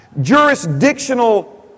jurisdictional